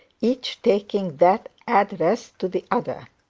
each taking that addressed to the others.